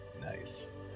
nice